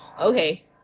Okay